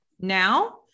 now